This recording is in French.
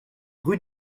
rue